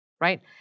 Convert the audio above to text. right